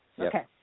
Okay